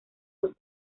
dos